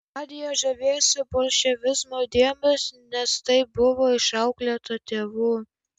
nadia žavėjosi bolševizmo idėjomis nes taip buvo išauklėta tėvų